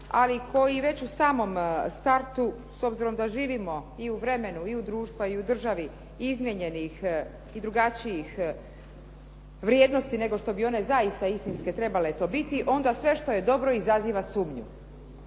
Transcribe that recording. ali koji već u samom startu, s obzirom da živimo i u vremenu i u društvu, a i u državi izmijenjenih i drugačijih vrijednosti nego što bi one zaista istinske trebale to biti, onda sve što je dobro izaziva sumnju.